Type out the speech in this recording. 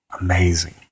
amazing